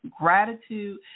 Gratitude